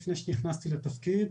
לפני שנכנסתי לתפקיד.